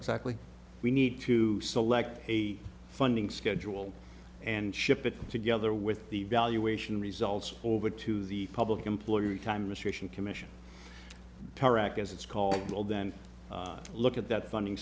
exactly we need to select a funding schedule and ship it together with the evaluation results over to the public employee time restriction commission terror act as it's called will then look at that funding